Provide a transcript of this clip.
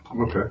Okay